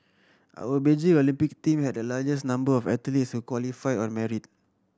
our Beijing Olympic team had the largest number of athletes qualified on merit